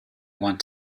want